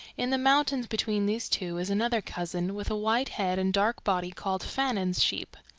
in the mountains between these two is another cousin with a white head and dark body called fannin's sheep.